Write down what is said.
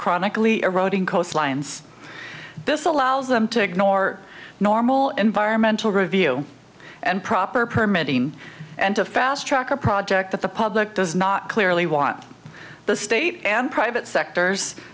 chronically eroding coastlines this allows them to ignore normal environmental review and proper permit in and to fast track a project that the public does not clearly want the state and private sectors